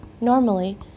Normally